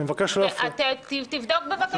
אני מבקש לא להפריע.